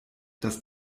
dass